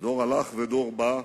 דור הלך ודור בא,